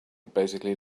basically